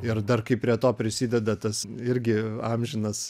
ir dar kaip prie to prisideda tas irgi amžinas